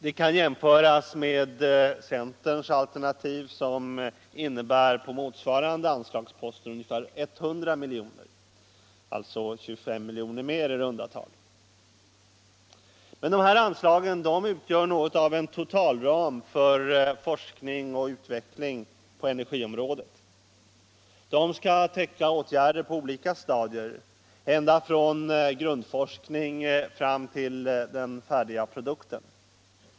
Det kan jämföras med centerns alternativ som innebär för motsvarande anslagspost ungefär 100 miljoner, alltså 25 miljoner mer i runda tal. Det här anslaget utgör något av en totalram för forskning och utveckling på energiområdet. Det skall täcka åtgärder på olika stadier, ända från grundforskning fram till den färdiga produkten.